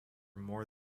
more